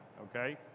Okay